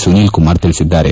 ಸುನೀಲ ಕುಮಾರ್ ತಿಳಿಸಿದ್ದಾರೆ